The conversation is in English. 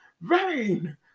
vain